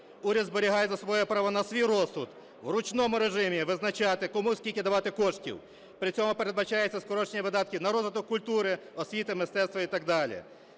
Уряд зберігає за собою право на свій розсуд, в ручному режимі визначати кому скільки давати коштів. При цьому передбачається скорочення видатків на розвиток культури, освіти, мистецтва і так далі.